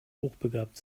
hochbegabt